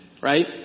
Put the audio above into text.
Right